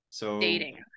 dating